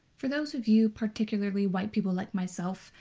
for those of you, particularly white people like myself,